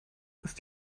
ist